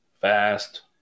fast